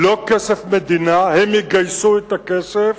לא כסף מדינה, הם יגייסו את הכסף,